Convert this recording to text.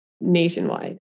nationwide